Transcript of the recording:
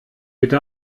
bitte